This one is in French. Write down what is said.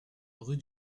rue